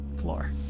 floor